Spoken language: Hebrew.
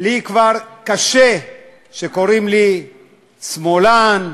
לי כבר קשה שקוראים לי שמאלן,